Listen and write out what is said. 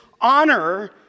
honor